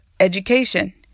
education